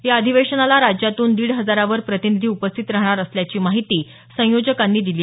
या अधिवेशनाला राज्यातून दीड हजारावर प्रतिनिधी उपस्थित राहणार असल्याची माहिती संयोजकांनी दिली